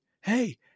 Hey